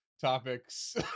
topics